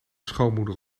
schoonmoeder